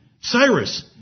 Cyrus